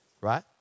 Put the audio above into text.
right